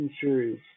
series